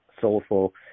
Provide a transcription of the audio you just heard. soulful